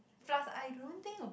plus I don't think it will